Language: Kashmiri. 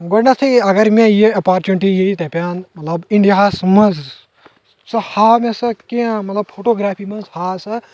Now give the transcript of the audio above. گۄڈٕنٮ۪تھٕے اگر مےٚ یہِ اپارچُیٚنٹی ییہِ دَپَن مطلب اِنڈیاہس منٛز ژٕ ہٲو مےٚ سۄ کیٛنٚہہ مطلب فوٹُوگرافی منٛزہاو سا